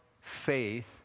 faith